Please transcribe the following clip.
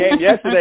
yesterday